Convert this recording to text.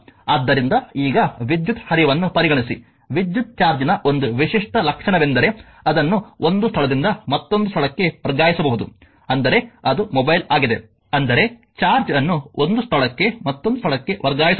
ಆದ್ದರಿಂದ ಈಗ ವಿದ್ಯುತ್ ಹರಿವನ್ನು ಪರಿಗಣಿಸಿ ವಿದ್ಯುತ್ ಚಾರ್ಜ್ನ ಒಂದು ವಿಶಿಷ್ಟ ಲಕ್ಷಣವೆಂದರೆ ಅದನ್ನು ಒಂದು ಸ್ಥಳದಿಂದ ಮತ್ತೊಂದು ಸ್ಥಳಕ್ಕೆ ವರ್ಗಾಯಿಸಬಹುದು ಅಂದರೆ ಅದು ಮೊಬೈಲ್ ಆಗಿದೆ ಅಂದರೆ ಚಾರ್ಜ್ ಅನ್ನು ಒಂದು ಸ್ಥಳಕ್ಕೆ ಮತ್ತೊಂದು ಸ್ಥಳಕ್ಕೆ ವರ್ಗಾಯಿಸಬಹುದು